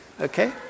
okay